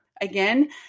again